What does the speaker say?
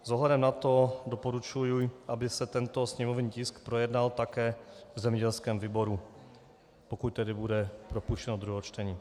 S ohledem na to doporučuji, aby se tento sněmovní tisk projednal také v zemědělském výboru, pokud tedy bude propuštěno do druhé čtení.